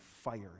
fire